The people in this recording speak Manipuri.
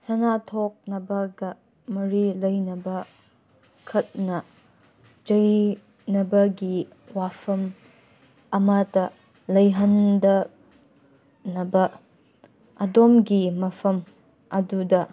ꯁꯥꯅꯊꯣꯛꯅꯕꯒ ꯃꯔꯤ ꯂꯩꯅꯕ ꯈꯠꯅ ꯆꯩꯅꯕꯒꯤ ꯋꯥꯐꯝ ꯑꯃꯠꯇ ꯂꯩꯍꯟꯗꯅꯕ ꯑꯗꯣꯝꯒꯤ ꯃꯐꯝ ꯑꯗꯨꯗ